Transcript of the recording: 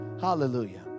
Hallelujah